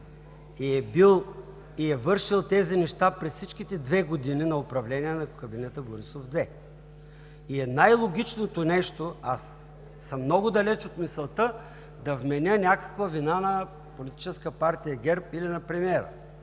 и е вършил тези неща през всичките две години на управление на кабинета Борисов 2. Аз съм много далече от мисълта да вменя някаква вина на Политическа партия ГЕРБ или на премиера,